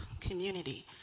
community